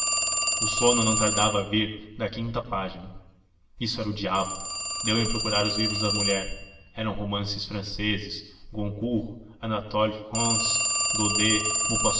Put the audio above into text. o sono não tardava a vir ao fim da quinta página isso era o diabo deu em procurar os livros da mulher eram romances franceses goncourt anatole france daudet maupassant que o